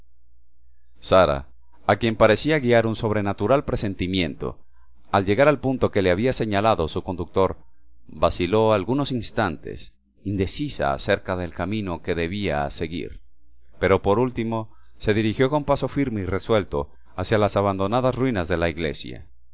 sara a quien parecía guiar un sobrenatural presentimiento al llegar al punto que le había señalado su conductor vaciló algunos instantes indecisa acerca del camino que debía seguir pero por último se dirigió con paso firme y resuelto hacia las abandonadas ruinas de la iglesia